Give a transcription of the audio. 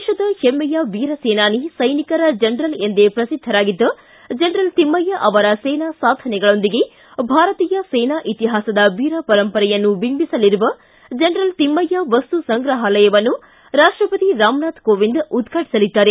ದೇತದ ಹೆಮ್ಮೆಯ ವೀರಸೇನಾನಿ ಸೈನಿಕರ ಜನರಲ್ ಎಂದೇ ಪ್ರಸಿದ್ದರಾಗಿದ್ದ ಜನರಲ್ ತಿಮ್ಮಯ್ಯ ಅವರ ಸೇನಾ ಸಾಧನೆಗಳೊಂದಿಗೆ ಭಾರತೀಯ ಸೇನಾ ಇತಿಹಾಸದ ವೀರಪರಂಪರೆಯನ್ನು ಬಿಂಬಿಸಲಿರುವ ಜನರಲ್ ತಿಮ್ಮಯ್ಯ ವಸ್ತು ಸಂಗ್ರಹಾಲಯವನ್ನು ರಾಷ್ಟಪತಿ ರಾಮನಾಥ ಕೋವಿಂದ್ ಉದ್ವಾಟಿಸಲಿದ್ದಾರೆ